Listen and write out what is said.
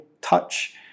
touch